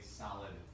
solid